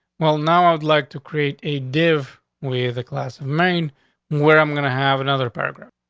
well, now, i would like to create a give way of the class of maine where i'm gonna have another program.